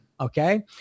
okay